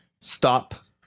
stop